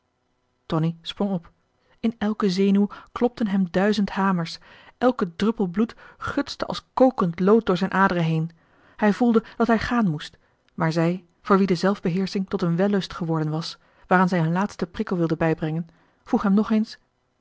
tonie sprong op in elke zenuw klopten hem duizend hamers elke druppel bloed gudste als kokend lood door zijne aderen heen hij voelde dat hij gaan moest maar zij voor wie de zelf beheersching tot een wellust geworden was waaraan zij een laatsten prikkel wilde bijbrengen vroeg hem nog eens